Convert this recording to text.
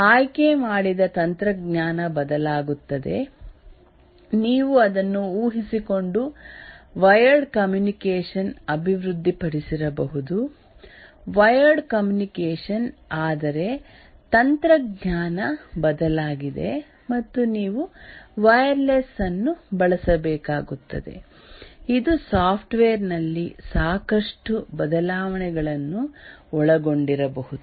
ಆಯ್ಕೆಮಾಡಿದ ತಂತ್ರಜ್ಞಾನ ಬದಲಾಗುತ್ತದೆ ನೀವು ಅದನ್ನು ಊಹಿಸಿಕೊಂಡು ವೈರ್ಡ್ ಕಮ್ಯುನಿಕೇಷನ್ ಅಭಿವೃದ್ಧಿಪಡಿಸಿರಬಹುದು ವೈರ್ಡ್ ಕಮ್ಯುನಿಕೇಷನ್ ಆದರೆ ತಂತ್ರಜ್ಞಾನ ಬದಲಾಗಿದೆ ಮತ್ತು ನೀವು ವೈರ್ಲೆಸ್ ಅನ್ನು ಬಳಸಬೇಕಾಗುತ್ತದೆ ಇದು ಸಾಫ್ಟ್ವೇರ್ ನಲ್ಲಿ ಸಾಕಷ್ಟು ಬದಲಾವಣೆಗಳನ್ನು ಒಳಗೊಂಡಿರಬಹುದು